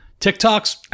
TikToks